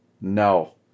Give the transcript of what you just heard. No